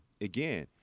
again